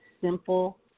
simple